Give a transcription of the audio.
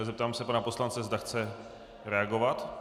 Zeptám se pana poslance, zda chce reagovat.